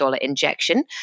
injection